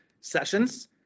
sessions